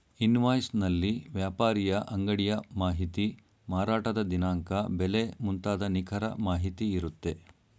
invoice ನಲ್ಲಿ ವ್ಯಾಪಾರಿಯ ಅಂಗಡಿಯ ಮಾಹಿತಿ, ಮಾರಾಟದ ದಿನಾಂಕ, ಬೆಲೆ ಮುಂತಾದ ನಿಖರ ಮಾಹಿತಿ ಇರುತ್ತೆ